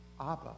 Abba